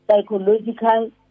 psychological